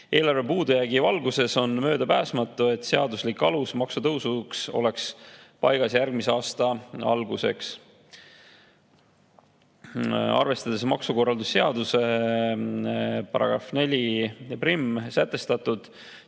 Eelarve puudujäägi valguses on möödapääsmatu, et seaduslik alus maksutõusuks oleks paigas järgmise aasta alguseks. Arvestades maksukorralduse seaduse § 41sätestatut,